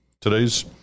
today's